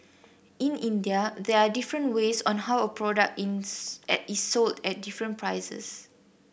in India there are different ways on how a product is is sold at different prices